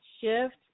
shift